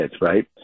right